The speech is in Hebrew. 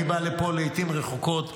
אני בא לפה לעיתים רחוקות,